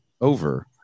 over